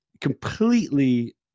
completely